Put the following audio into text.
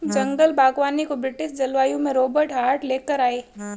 जंगल बागवानी को ब्रिटिश जलवायु में रोबर्ट हार्ट ले कर आये